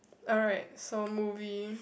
alright so movie